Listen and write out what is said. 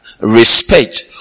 respect